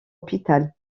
hôpital